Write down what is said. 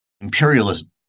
imperialism